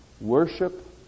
Worship